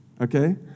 Okay